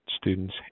students